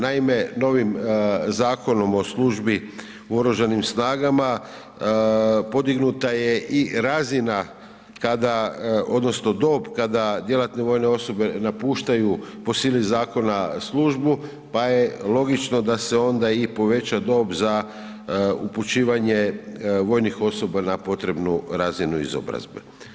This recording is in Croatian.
Naime, novim Zakonom o službi u oružanim snagama podignuta je i razina kada odnosno dob kada djelatne vojne osobe napuštaju po sili zakona službu, pa je logično da se onda i poveća dob za upućivanje vojnih osoba na potrebnu razinu izobrazbe.